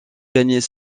gagner